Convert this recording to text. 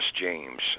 James